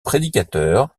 prédicateur